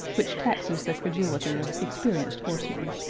which taxes the credulity of experienced horsemen.